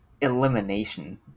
elimination